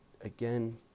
again